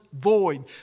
void